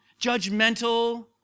judgmental